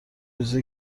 چیزایی